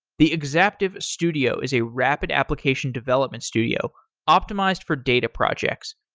the exaptive studio is a rapid application development studio optimized for data projects.